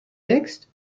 wächst